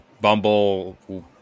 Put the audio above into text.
Bumble